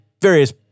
various